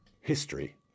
History